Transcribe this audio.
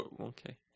Okay